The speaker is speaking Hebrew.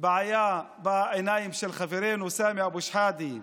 בעיה בעיניים של חברנו סמי אבו שחאדה,